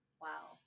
Wow